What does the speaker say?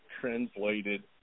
translated